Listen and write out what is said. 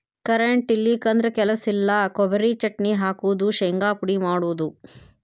current ಇಲ್ಲಿಕಂದ್ರ ಕೆಲಸ ಇಲ್ಲಾ, ಕೊಬರಿ ಚಟ್ನಿ ಹಾಕುದು, ಶಿಂಗಾ ಪುಡಿ ಮಾಡುದು